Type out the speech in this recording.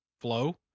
flow